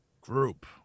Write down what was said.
group